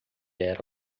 era